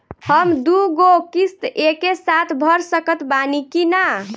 हम दु गो किश्त एके साथ भर सकत बानी की ना?